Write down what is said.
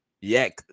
Yak